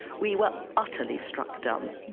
we were utterly struck dumb.